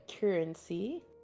currency